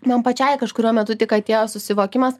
man pačiai kažkuriuo metu tik atėjo susivokimas